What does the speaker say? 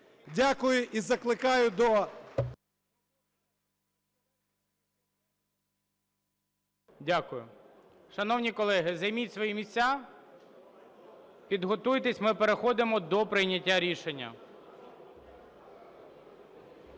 Дякую і закликаю до… ГОЛОВУЮЧИЙ. Дякую. Шановні колеги, займіть свої місця, підготуйтесь. Ми переходимо до прийняття рішення.